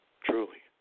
truly